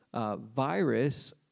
virus